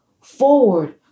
forward